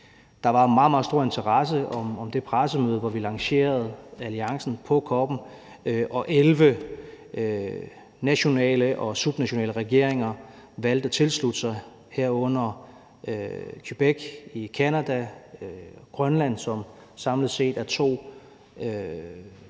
Der var meget, meget stor interesse om det pressemøde på COP'en, hvor vi lancerede alliancen og 11 nationale og subnationale regeringer valgte at tilslutte sig, herunder Québec i Canada og Grønland, som jo samlet set er to enheder